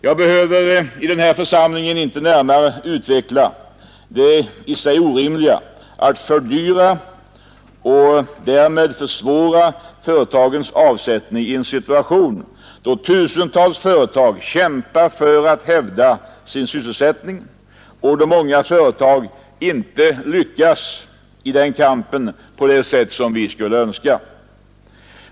Jag behöver i den här församlingen inte närmare utveckla det i sig orimliga att fördyra och därmed försvåra företagens avsättning i en situation, då tusentals företag kämpar för att hävda sin sysselsättning och då många företag inte lyckas i den kampen på det sätt som vi skulle önska.